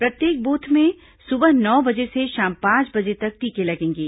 प्रत्येक बूथ में सुबह नौ बजे से शाम पांच बजे तक टीके लगेंगे